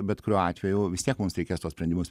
bet kuriuo atveju vis tiek mums reikės tuos sprendimus